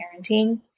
parenting